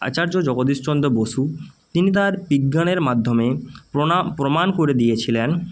আচার্য জগদীশ চন্দ্র বসু তিনি তাঁর বিজ্ঞানের মাধ্যমে প্রণাম প্রমাণ করে দিয়েছিলেন